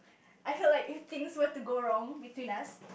I feel like if things were to go wrong between us